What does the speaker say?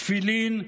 תפילין,